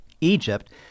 Egypt